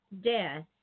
death